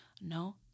No